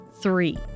three